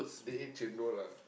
they eat chendol lah